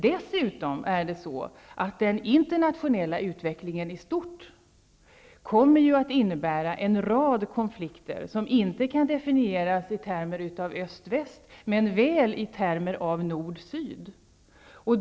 Dessutom kommer den internationella utvecklingen i stort att innebära en rad konflikter som inte kan definieras i termer av öst--väst men väl i termer av nord--syd.